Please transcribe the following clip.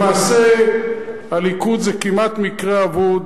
למעשה, הליכוד זה כמעט מקרה אבוד,